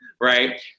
Right